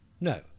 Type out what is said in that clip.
No